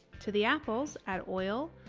to the apples, add oil,